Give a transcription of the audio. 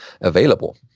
available